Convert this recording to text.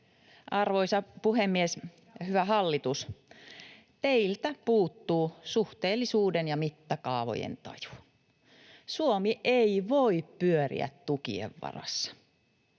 Arvoisa puhemies! Hyvä hallitus, teiltä puuttuu suhteellisuuden ja mittakaavojen taju. Suomi ei voi pyöriä tukien varassa.